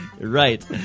Right